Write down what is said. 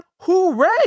hooray